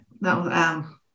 No